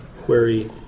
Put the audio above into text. query